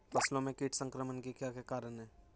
फसलों में कीट संक्रमण के क्या क्या कारण है?